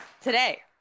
Today